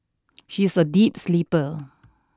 she is a deep sleeper